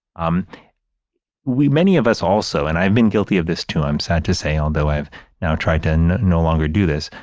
um we, many of us also and i've been guilty of this, too, i'm sad to say, although i've now tried to and no longer do this.